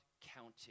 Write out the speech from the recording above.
counting